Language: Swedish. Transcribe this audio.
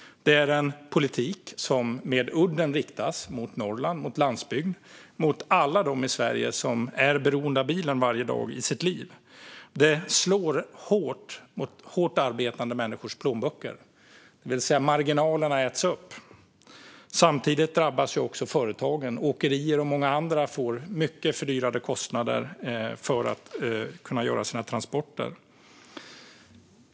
Det är en politik med udden riktad mot Norrland, mot landsbygd och mot alla i Sverige som är beroende av bilen varje dag i sitt liv. Den slår hårt mot hårt arbetande människors plånböcker. Marginalerna äts upp. Samtidigt drabbas också företagen. Åkerier och många andra får mycket fördyrade kostnader för att kunna genomföra sina transporter.